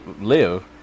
live